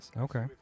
Okay